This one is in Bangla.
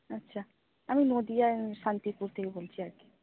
আচ্ছা আমি নদিয়ার শান্তিপুর থেকে বলছি আর কি